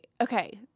okay